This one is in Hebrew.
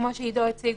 כמו שעידו הציג,